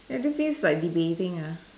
ya this feels like debating ah